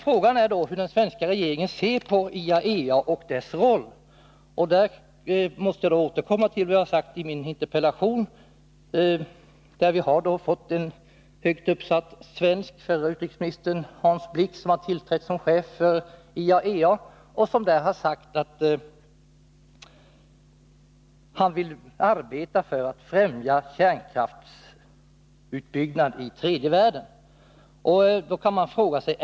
Frågan är då hur den svenska regeringen ser på IAEA och dess roll. Där måste jag återkomma till vad jag har sagt i min interpellation. Förre utrikesministern Hans Blix har utnämnts till chef för IAEA, och han har sagt att han vill arbeta för att främja kärnkraftsutbyggnaden i tredje världen.